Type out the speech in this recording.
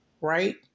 right